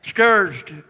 Scourged